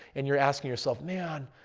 and you're asking yourself, man,